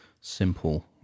simple